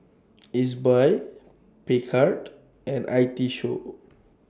Ezbuy Picard and I T Show